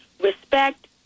respect